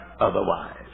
otherwise